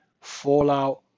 fallout